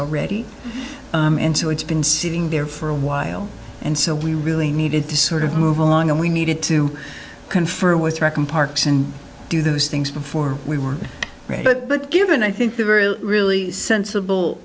already into it's been sitting there for a while and so we really needed to sort of move along and we needed to confer with reckon parks and do those things before we were ready but given i think the really sensible